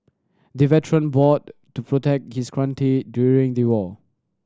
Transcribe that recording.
the veteran fought to protect his country during the war